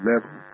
level